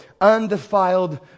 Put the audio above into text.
undefiled